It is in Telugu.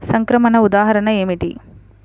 సంక్రమణ ఉదాహరణ ఏమిటి?